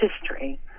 history